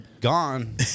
gone